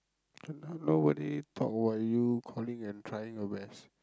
nobody talk about you calling and trying your best